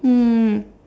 mm